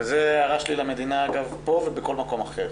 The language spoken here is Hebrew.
וזו הערה שלי למדינה פה ובכל מקום אחר,